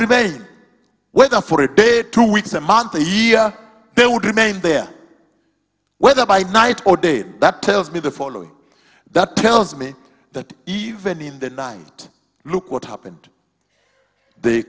very well for a day two weeks a month a year they would remain there whether by night or day that tells me the following that tells me that even in the night look what happened the